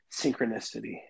Synchronicity